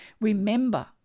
Remember